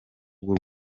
bw’u